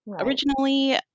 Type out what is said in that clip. Originally